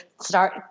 start